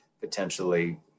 potentially